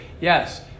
Yes